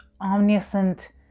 omniscient